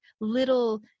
little